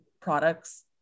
products